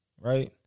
right